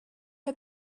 had